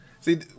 see